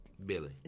Billy